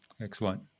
Excellent